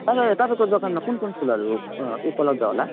तपाईँ तपाईँको दोकानमा कुन कुन फुलहरू अँ उपलब्ध होला